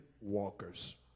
walkers